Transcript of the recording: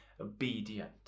obedient